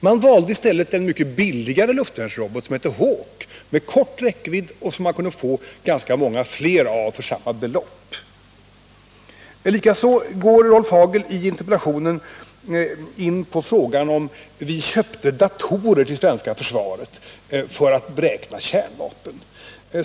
Man valde i stället en mycket billigare luftvärnsrobot med beteckningen Hawk. Den hade kort räckvidd, men man kunde få ganska många fler av den för samma belopp. Likaså går Rolf Hagel i interpellationen in på frågan om vi köpte datorer till det svenska försvaret för att beräkna kärnvapen.